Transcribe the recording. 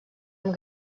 amb